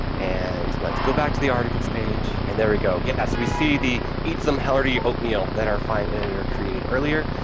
and let's go back to the articles page, and there we go. yes, we see the eat some hearty oatmeal that our fine editor created earlier.